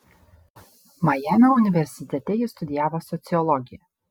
majamio universitete ji studijavo sociologiją